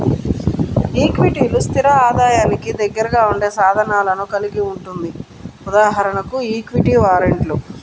ఈక్విటీలు, స్థిర ఆదాయానికి దగ్గరగా ఉండే సాధనాలను కలిగి ఉంటుంది.ఉదాహరణకు ఈక్విటీ వారెంట్లు